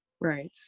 Right